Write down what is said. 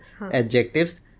Adjectives